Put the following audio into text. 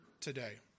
today